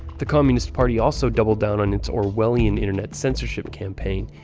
the communist party also doubled down on its orwellian internet censorship campaign,